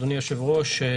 אדוני היושב-ראש,